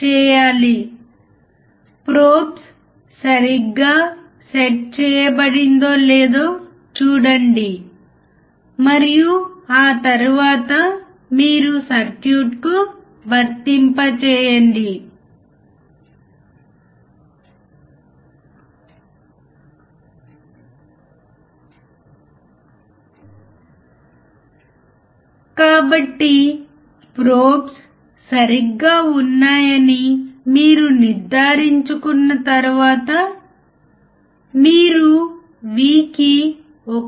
మనము non inverting terminal వద్ద ఇన్పుట్ను వర్తింపజేస్తున్నాము మరియు ఇన్వర్టింగ్ టెర్మినల్తో అవుట్పుట్ను షార్ట్ చేయాలి